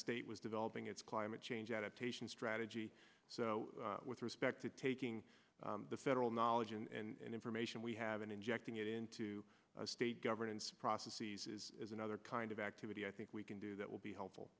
state was developing its climate change adaptation strategy so with respect to taking the federal knowledge and information we have been injecting it into the state governance process eases is another kind of activity i think we can do that will be helpful